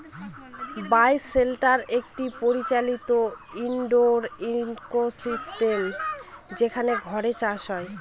বায় shelter একটি পরিচালিত indoor ecosystem যেখানে ঘরে চাষ হয়